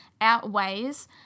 outweighs